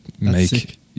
make